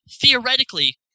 theoretically